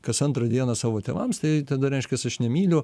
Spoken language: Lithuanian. kas antrą dieną savo tėvams tai tada reiškiasi aš nemyliu